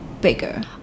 bigger